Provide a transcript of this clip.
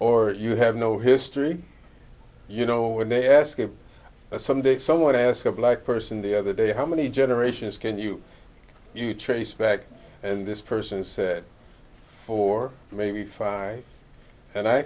or you have no history you know when they ask if someday someone ask a black person the other day how many generations can you you trace back and this person said four maybe five and i